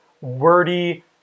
wordy